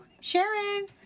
Sharon